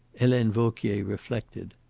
helene vauquier reflected.